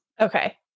Okay